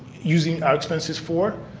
using our expenses for,